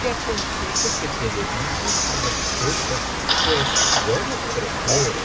te aconsejo que te dediques á los secos pues yo los prefiero